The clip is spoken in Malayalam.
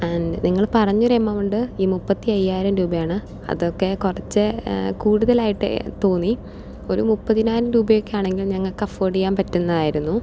ആൻഡ് നിങ്ങൾ പറഞ്ഞൊരമൗണ്ട് ഈ മുപ്പത്തി അയ്യായിരം രൂപയാണ് അതൊക്കെ കുറച്ച് കൂടുതലായിട്ട് തോന്നി ഒരു മുപ്പതിനായിരം രൂപയൊക്കെയാണെങ്കില് ഞങ്ങൾക്ക് അഫോർഡ് ചെയ്യാൻ പറ്റുന്നതായിരുന്നു